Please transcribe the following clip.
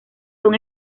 son